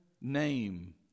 name